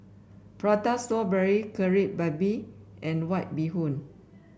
Prata Strawberry Kari Babi and White Bee Hoon